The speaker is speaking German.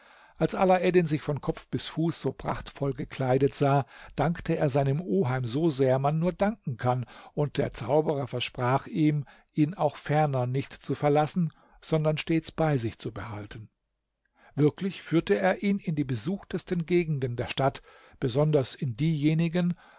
als alaeddin sich von kopf bis zu fuß so prachtvoll gekleidet sah dankte er seinem oheim so sehr man nur danken kann und der zauberer versprach ihm ihn auch ferner nicht zu verlassen sondern stets bei sich zu behalten wirklich führte er ihn in die besuchtesten gegenden der stadt besonders in diejenigen